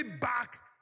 back